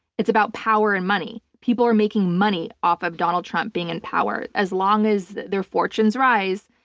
it's about power and money. people are making money off of donald trump being in power. as long as their fortunes rise,